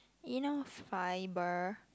you know fiber